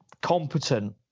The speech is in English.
competent